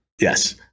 Yes